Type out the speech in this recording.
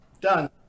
done